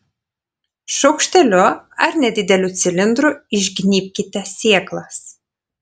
šaukšteliu ar nedideliu cilindru išgnybkite sėklas